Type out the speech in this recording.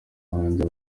wanjye